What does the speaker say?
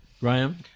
Ryan